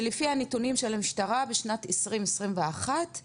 שלפי הנתונים של המשטרה בשנת 2021 הוכרו